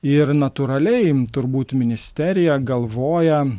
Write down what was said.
ir natūraliai turbūt ministerija galvoja